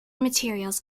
materials